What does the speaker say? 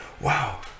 wow